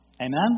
Amen